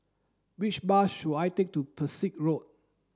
which bus should I take to Pesek Road